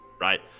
right